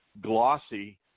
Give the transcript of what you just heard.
glossy